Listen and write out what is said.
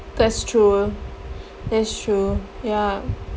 that's true that's true ya